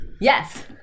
Yes